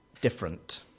Different